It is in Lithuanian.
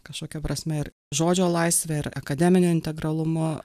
kažkokia prasme ir žodžio laisve ir akademinio integralumo